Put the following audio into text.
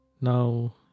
Now